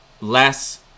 less